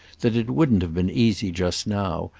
that it wouldn't have been easy just now,